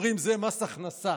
אומרים: זה מס הכנסה.